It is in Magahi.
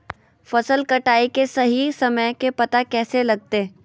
फसल कटाई के सही समय के पता कैसे लगते?